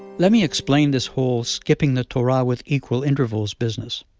let me explain this whole skipping the torah with equal intervals business.